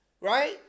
Right